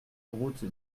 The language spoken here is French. route